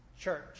church